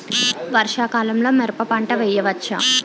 వర్షాకాలంలో మిరప పంట వేయవచ్చా?